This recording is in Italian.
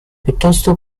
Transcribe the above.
piuttosto